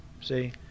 see